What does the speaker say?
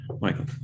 Michael